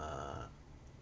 uh